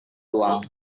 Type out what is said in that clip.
luang